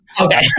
Okay